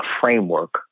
framework